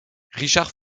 richard